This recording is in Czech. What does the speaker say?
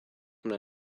mne